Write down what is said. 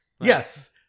Yes